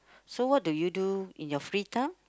so what do you do in your free time